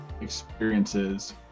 experiences